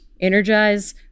energize